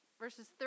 Verses